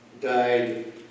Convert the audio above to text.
died